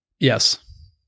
Yes